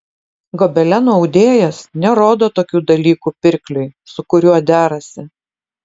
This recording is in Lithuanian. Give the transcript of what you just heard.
gobelenų audėjas nerodo tokių dalykų pirkliui su kuriuo derasi